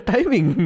Timing